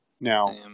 Now